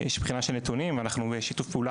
יש בחינה של נתונים ואנחנו בשיתוף פעולה